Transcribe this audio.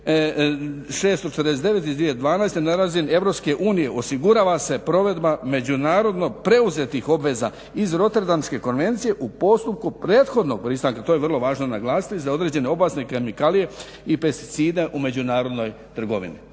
Europske unije osigurava se provedba međunarodno preuzetih obveza iz Roterdamske konvencije u postupku prethodnog pristanka, to je vrlo važno naglasiti za određene opasne kemikalije i pesticide u međunarodnoj trgovini.